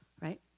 right